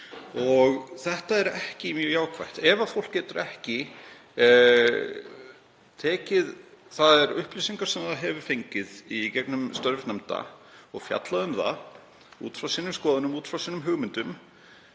við. Það er ekki mjög jákvætt. Ef fólk getur ekki tekið þær upplýsingar sem það hefur fengið í gegnum störf nefnda og fjallað um þær út frá sínum skoðunum, út frá sínum hugmyndum,